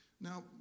Now